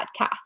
podcast